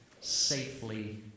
safely